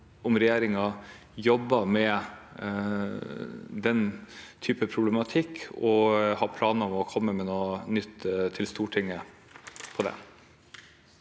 om regjeringen jobber med den type problematikk, og har planer om å komme med noe nytt til Stortinget på det.